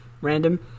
random